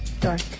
Dark